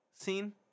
scene